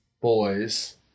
boys